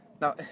Now